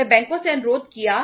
उन्होंने बैंकों से अनुरोध किया